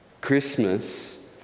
Christmas